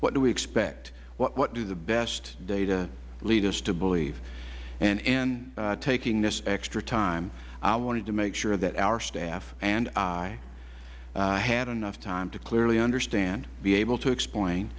what do we expect what do the best data lead us to believe and taking this extra time i wanted to make sure that our staff and i had enough time to clearly understand be able to